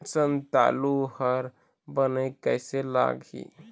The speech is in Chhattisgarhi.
संतालु हर बने कैसे लागिही?